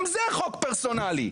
גם זה חוק פרסונלי.